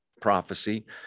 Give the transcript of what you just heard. prophecy